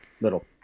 little